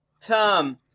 Tom